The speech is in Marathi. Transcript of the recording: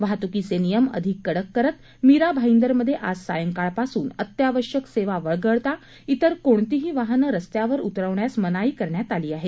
वाहतूकीचे नियम अधिक कडक करत मीरा भाईदरमध्ये आज सायंकाळपासून अत्यावश्यक सेवा वगळता इतर कोणतीही वाहनं रस्त्यावर उतरवण्यास मनाई करण्यात आली आहे